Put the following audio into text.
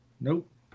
Nope